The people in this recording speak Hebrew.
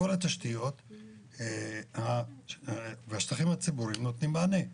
כל התשתיות בשטחים הציבוריים נותנים מענה.